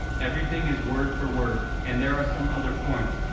everything is word for word, and there are some other points,